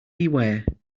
beware